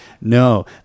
No